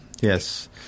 Yes